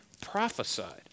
prophesied